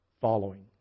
following